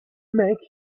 make